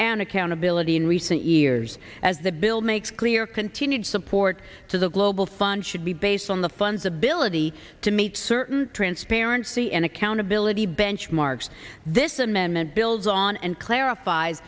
accountability in recent years as the bill makes clear continued support to the global fund should be based on the funds ability to meet certain transparency and accountability benchmarks this amendment builds on and clarif